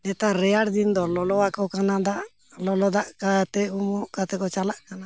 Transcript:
ᱱᱮᱛᱟᱨ ᱨᱮᱭᱟᱲ ᱫᱤᱱ ᱫᱚ ᱞᱚᱞᱚ ᱟᱠᱚ ᱠᱟᱱᱟ ᱫᱟᱜ ᱞᱚᱞᱚ ᱫᱟᱜ ᱠᱟᱛᱮ ᱩᱢᱩᱜ ᱠᱟᱛᱮ ᱠᱚ ᱪᱟᱞᱟᱜ ᱠᱟᱱᱟ